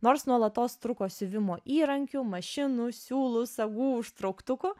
nors nuolatos trūko siuvimo įrankių mašinų siūlų sagų užtrauktukų